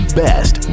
best